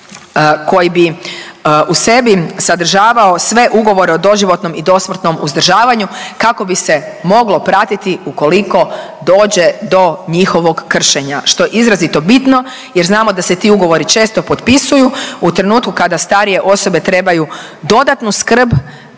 koji bi u sebi sadržavao sve ugovore o doživotnom i dosmrtnom uzdržavanju kako bi se moglo pratiti ukoliko dođe do njihovog kršenja, što je izrazito bitno jer znamo da se ti ugovori često potpisuju u trenutku kada starije osobe trebaju dodatnu skrb